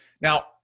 Now